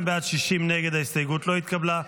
הסתייגות 119 לא נתקבלה.